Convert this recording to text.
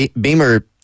Beamer